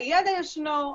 הידע ישנו,